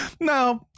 no